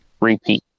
repeat